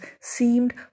seemed